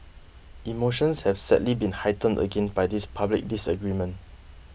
emotions have sadly been heightened again by this public disagreement